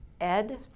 Ed